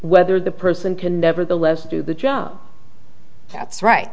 whether the person can nevertheless do the job that's right